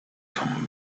come